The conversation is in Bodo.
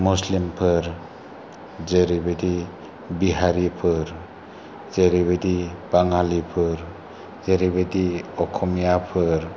मुस्लिमफोर जेरैबायदि बिहारिफोर जेरैबायदि बाङालिफोर जेरैबायदि असमियाफोर